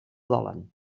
volen